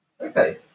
Okay